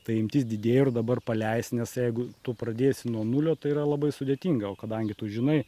ta imtis didėja ir dabar paleist nes jeigu tu pradėsi nuo nulio tai yra labai sudėtinga o kadangi tu žinai